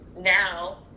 now